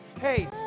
Hey